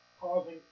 causing